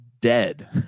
dead